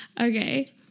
okay